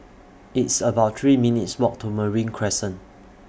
It's about three minutes' Walk to Marine Crescent